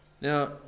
Now